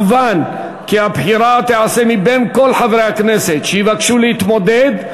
מובן כי הבחירה תיעשה מבין כל חברי הכנסת שיבקשו להתמודד,